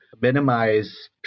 minimize